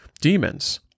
demons